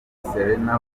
serena